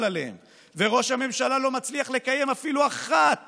עליהם וראש הממשלה לא מצליח לקיים אפילו אחת